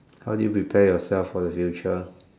how do you prepare yourself for the future